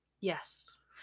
Yes